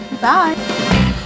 bye